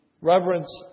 reverence